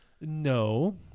No